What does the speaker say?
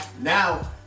now